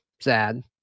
Sad